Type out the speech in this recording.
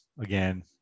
again